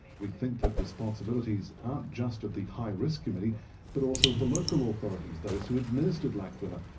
we think that responsibilities aren't just of the high risk committee but also of the local authorities, those who administer l'aquila,